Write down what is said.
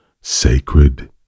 sacred